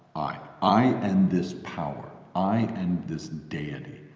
i, i and this power, i and this deity,